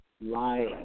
lie